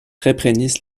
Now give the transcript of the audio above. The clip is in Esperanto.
reprenis